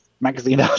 magazine